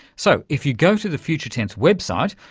so, if you go to the future tense website,